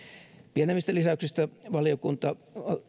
pienemmistä lisäyksistä valiokunta